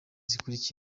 zikurikira